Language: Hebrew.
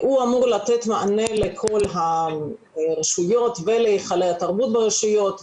הוא אמור לתת מענה לכל הרשויות ולהיכלי התרבות ברשויות,